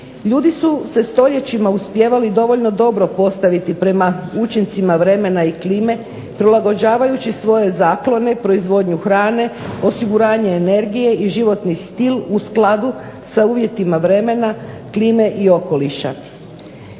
Ljudi se stoljećima uspijevali dovoljno dobro postaviti prema učincima vremena i klime prilagođavajući svoje zaklone, proizvodnju hrane, osiguranje energije i životni stil u skladu sa uvjetima vremena, klime i okoliša.